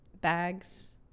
bags